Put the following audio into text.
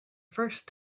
first